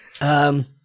Um-